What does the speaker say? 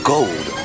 Gold